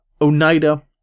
Oneida